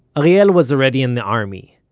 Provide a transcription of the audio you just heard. ariel was already in the army,